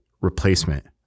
replacement